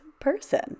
person